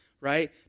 right